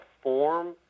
form